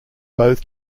both